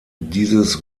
dieses